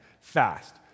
fast